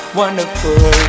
wonderful